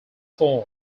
form